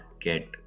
get